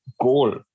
goal